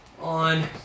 on